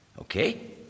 okay